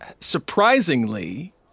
surprisingly